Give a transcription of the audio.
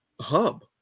hub